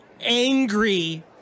angry